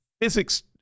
physics